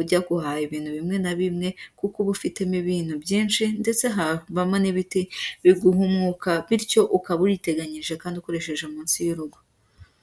ujya guhaha ibintu bimwe na bimwe kuko uba ufitemo ibintu byinshi, ndetse habamo n'ibiti biguha umwuka, bityo ukaba uriteganyirije kandi ukoresheje munsi y'urugo.